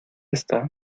está